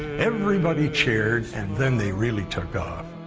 everybody cheered, and then they really took off.